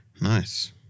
Nice